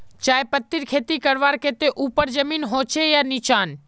चाय पत्तीर खेती करवार केते ऊपर जमीन होचे या निचान?